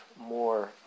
more